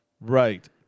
Right